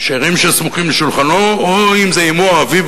שאירים שסמוכים על שולחנו או אם זה אמו או אביו,